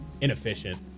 inefficient